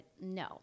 no